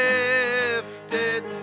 Lifted